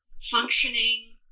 functioning